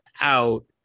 out